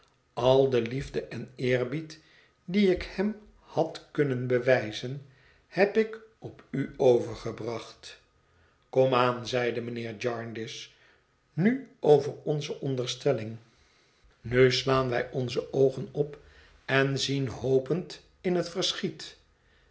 al de liefde en eerbied die ik hem had kunnen bewijzen heb ik op u overgebracht kom aan zeide mijnheer jarndyce nu over onze onderstelling nu slaan wij onze oogen op en zien hopend in het verschiet